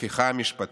הפיכה משפטית.